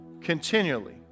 continually